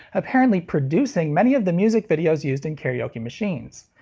apparently producing many of the music videos used in karaoke machines.